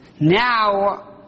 Now